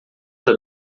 sua